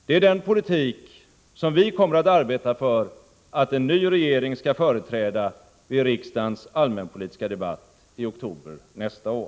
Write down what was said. Det är den politik som vi kommer att arbeta för att en ny regering skall företräda vid riksdagens allmänpolitiska debatt i oktober nästa år.